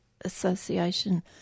Association